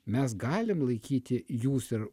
mes galim laikyti jūs ir